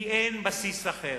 כי אין בסיס אחר.